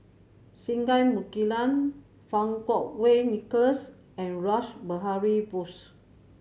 Singai Mukilan Fang Kuo Wei Nicholas and Rash Behari Bose